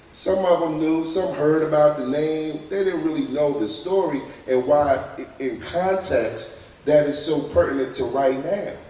some of them knew, some heard about the name. they didn't really know the story and why in context that is so pertinent to right now,